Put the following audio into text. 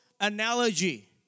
analogy